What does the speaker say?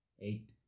Eight